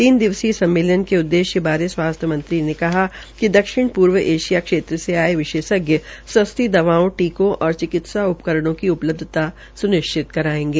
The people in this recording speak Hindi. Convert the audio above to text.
तीन दिवसीय सम्मेलन बारे स्वास्थ्य मंत्री ने कहा कि दक्षिण पूर्व एशिया क्षेत्र में आये विशेषज्ञ सस्ती दवाओं टीकों और उपकरणों की उपलब्धता सुनिश्चित करायेगे